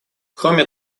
кроме